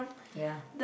ya